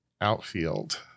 outfield